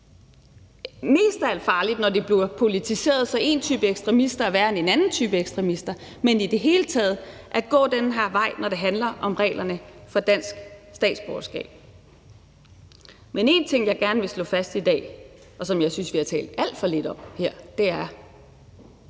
er det farligt, når det bliver politiseret, så én type ekstremister er værre end en anden type ekstremister, men i det hele taget at gå den her vej, når det handler om reglerne for dansk statsborgerskab. Men en ting, jeg gerne vil slå fast i dag, og som jeg synes vi har talt alt for lidt om her, er,